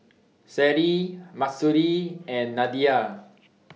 Seri Mahsuri and Nadia